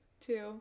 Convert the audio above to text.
two